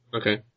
Okay